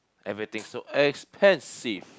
everything so expensive